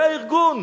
זה הארגון,